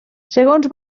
segons